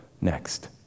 next